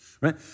Right